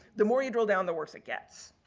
the more you drill down, the worse it gets.